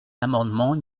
l’amendement